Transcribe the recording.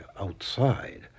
outside